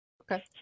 Okay